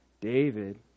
David